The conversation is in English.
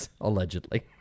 allegedly